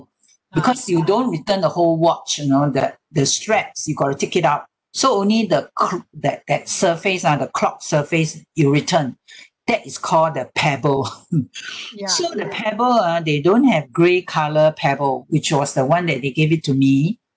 because you don't return the whole watch you know the the straps you got to take it out so only the clo~ that that surface ah the clock surface you return that is called the pebble so the pebble ah they don't have grey colour pebble which was the [one] that they gave it to me